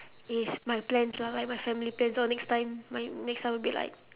is my plans ah like my family plans so next time my next time would be like